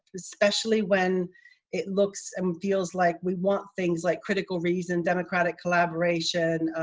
especially when it looks and feels like we want things like critical reason. democratic collaboration.